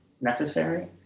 necessary